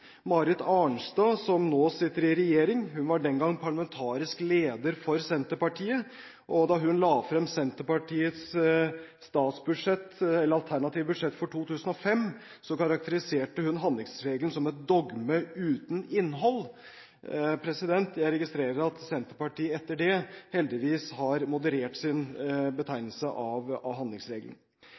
Marit Arnstad, som nå sitter i regjering, var den gang parlamentarisk leder for Senterpartiet. Da hun la frem Senterpartiets alternative budsjett for 2005, karakteriserte hun handlingsregelen som et dogme uten innhold. Jeg registrerer at Senterpartiet etter det heldigvis har moderert sin betegnelse av handlingsregelen.